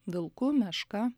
vilku meška